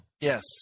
Yes